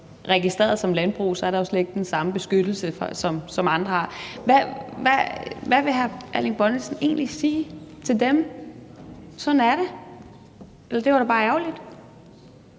registreret som landbrug, har man jo slet ikke den samme beskyttelse, som andre har. Hvad vil hr. Erling Bonnesen egentlig sige til dem? Vil han sige: Sådan er det, eller at det var da bare ærgerligt?